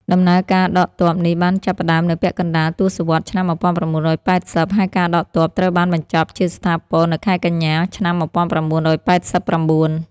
ដំណើរការដកទ័ពនេះបានចាប់ផ្តើមនៅពាក់កណ្តាលទសវត្សរ៍ឆ្នាំ១៩៨០ ហើយការដកទ័ពត្រូវបានបញ្ចប់ជាស្ថាពរនៅខែកញ្ញា ឆ្នាំ១៩៨៩។